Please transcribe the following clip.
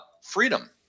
freedom